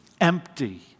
empty